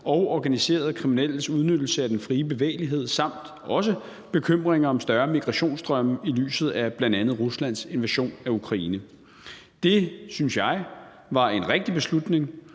og organiserede kriminelles udnyttelse af den frie bevægelighed samt bekymring om større migrationsstrømme i lyset af bl.a. Ruslands invasion af Ukraine. Det synes jeg var en rigtig beslutning.